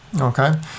Okay